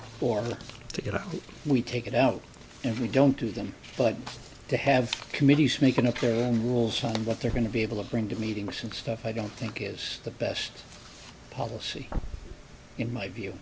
the we take it out and we don't do them but to have committees making up their own rules on what they're going to be able to bring to meetings and stuff i don't think is the best policy in my view